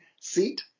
seat